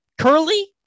Curly